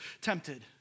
tempted